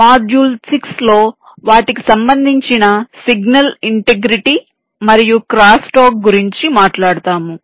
module 6 లో వాటికి సంబంధించిన సిగ్నల్ ఇంటిగ్రిటీ మరియు క్రాస్ టాక్ గురించి మాట్లాడుతాము